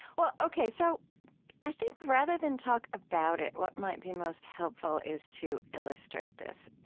well, ok. so i think, rather than talk about it, what might be most helpful is to illustrate this.